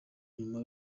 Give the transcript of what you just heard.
nyuma